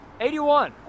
81